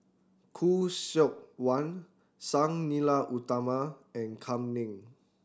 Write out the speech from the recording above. Khoo Seok Wan Sang Nila Utama and Kam Ning